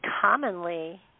commonly